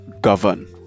govern